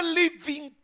living